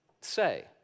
say